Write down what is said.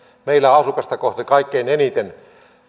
meillä on asukasta kohti kaikkein eniten